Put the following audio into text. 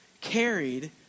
carried